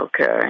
Okay